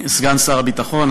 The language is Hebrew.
סגן שר הביטחון,